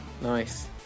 Nice